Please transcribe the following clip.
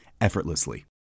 effortlessly